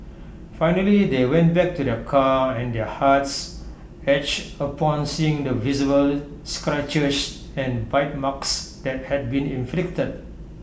finally they went back to their car and their hearts ached upon seeing the visible scratches and bite marks that had been inflicted